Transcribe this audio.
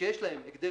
ושיש להם הגדר